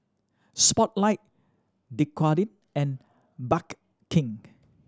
Spotlight Dequadin and Bake King